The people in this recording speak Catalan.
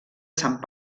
sant